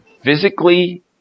physically